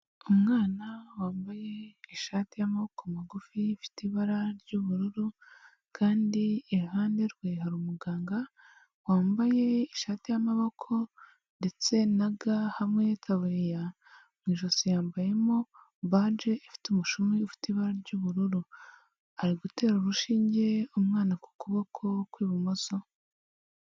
Umwana wambaye ishati y'amaboko magufi ifite ibara ry'ubururu, kandi iruhande rwe hari umuganga wambaye ishati y'amaboko ndetse na ga hamwe n'itaburiya, mu ijosi yambayemo baje ifite umushumi ufite ibara ry'ubururu. Ari gutera urushinge umwana ku kuboko kw'ibumoso.